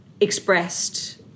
expressed